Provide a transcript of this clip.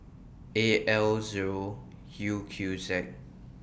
A L Zero U Q Z